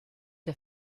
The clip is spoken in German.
der